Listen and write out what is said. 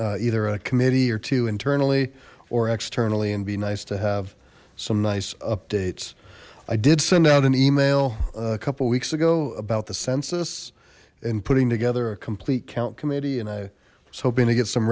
either a committee or two internally or externally and be nice to have some nice updates i did send out an email a couple weeks ago about the census and putting together a complete count committee and i was hoping to get some